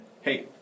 hey